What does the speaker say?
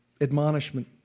admonishment